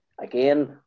Again